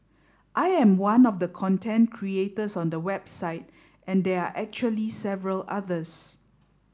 I am one of the content creators on the website and there are actually several others